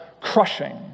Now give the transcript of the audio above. crushing